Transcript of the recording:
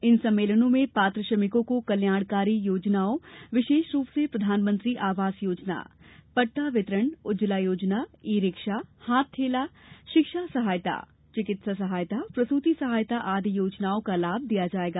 इन सम्मेलनों में पात्र श्रमिकों को कल्याणकारी योजनाओं विशेष रूप से प्रधानमंत्री आवास योजना पट्टा वितरण उज्जवला योजना ई रिक्शा हाथ ठेला शिक्षा सहायता चिकित्सा सहायता प्रसूति सहायता आदि योजनाओं का लाभ दिया जायेगा